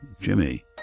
Jimmy